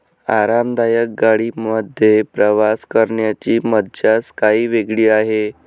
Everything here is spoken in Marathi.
आरामदायक गाडी मध्ये प्रवास करण्याची मज्जाच काही वेगळी आहे